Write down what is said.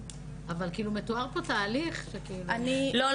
אבל מתואר פה תהליך ש- --- לא,